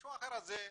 המישהו האחר הזה,